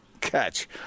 catch